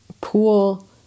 Pool